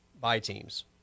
by-teams